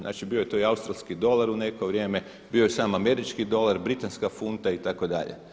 Znači bio je to i australski dolar u neko vrijeme, bio je sam američki dolar, britanska funta itd.